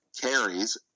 carries